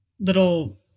little